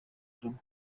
djuma